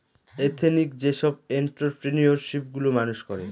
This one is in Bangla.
এথেনিক যেসব এন্ট্ররপ্রেনিউরশিপ গুলো মানুষ করে